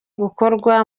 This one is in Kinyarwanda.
gukorwa